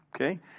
Okay